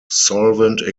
solvent